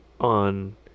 on